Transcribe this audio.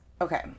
Okay